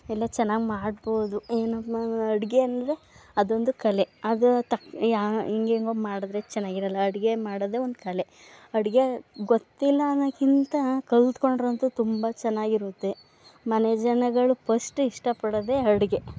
ಎಲ್ಲ ಚೆನ್ನಾಗಿ ಮಾಡಬಹುದು ಏನಪ್ಪಾ ಅಡುಗೆ ಅಂದರೆ ಅದೊಂದು ಕಲೆ ಅದು ತಕ್ಕ ಹೇಗೇಗೋ ಮಾಡಿದ್ರೆ ಚೆನ್ನಾಗಿರಲ್ಲ ಅಡುಗೆ ಮಾಡೋದೇ ಒಂದು ಕಲೆ ಅಡುಗೆ ಗೊತ್ತಿಲ್ಲ ಅನ್ನೋಕ್ಕಿಂತ ಕಲಿತ್ಕೊಂಡ್ರಂತೂ ತುಂಬ ಚೆನ್ನಾಗಿರುತ್ತೆ ಮನೆ ಜನಗಳು ಫಸ್ಟ್ ಇಷ್ಟ ಪಡೋದೇ ಅಡುಗೆ